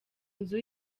nzu